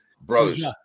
Brothers